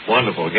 Wonderful